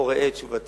או: ראה את תשובתי